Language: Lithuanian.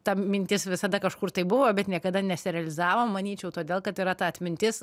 ta mintis visada kažkur tai buvo bet niekada nesirealizavo manyčiau todėl kad yra ta atmintis